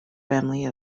family